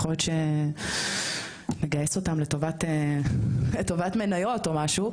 יכול להיות שנגייס אותם לטובת מניות או משהו,